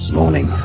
so moaning,